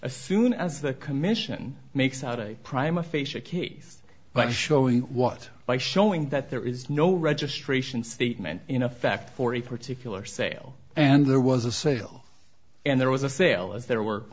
a soon as the commission makes out a prime aphasia case by showing what by showing that there is no registration statement in effect for a particular sale and there was a sale and there was a sale as there w